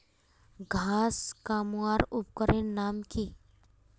घांस कमवार उपकरनेर नाम की?